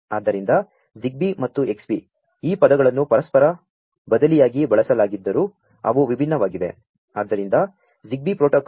ಆದ್ದರಿಂ ದ ZigBee ಮತ್ತು Xbee ಈ ಪದಗಳನ್ನು ಪರಸ್ಪರ ಬದಲಿಯಾ ಗಿ ಬಳಸಲಾ ಗಿದ್ದರೂ ಅವು ವಿಭಿನ್ನವಾ ಗಿವೆ